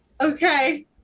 Okay